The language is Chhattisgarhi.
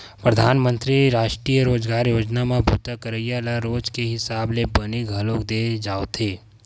परधानमंतरी रास्टीय रोजगार योजना म बूता करइया ल रोज के हिसाब ले बनी घलोक दे जावथे